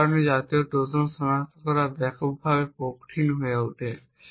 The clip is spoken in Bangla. এই কারণে এই জাতীয় ট্রোজান সনাক্ত করা ব্যাপকভাবে কঠিন হয়ে পড়ে